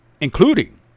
including